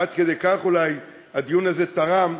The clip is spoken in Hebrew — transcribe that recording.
עד כדי כך אולי הדיון הזה תרם,